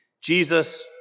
Jesus